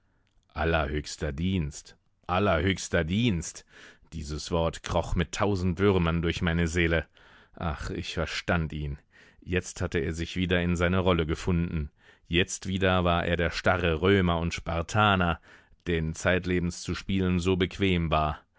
allerhöchster dienst allerhöchster dienst dieses wort kroch mit tausend würmern durch meine seele ach ich verstand ihn jetzt hatte er sich wieder in seine rolle gefunden jetzt wieder war er der starre römer und spartaner den zeitlebens zu spielen so bequem war